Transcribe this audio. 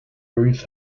ruth